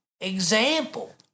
example